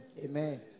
Amen